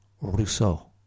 Rousseau